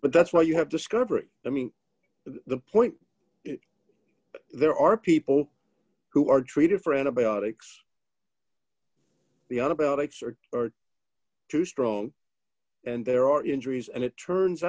but that's why you have discovery i mean the point there are people who are treated for antibiotics the un about ike's are too strong and there are injuries and it turns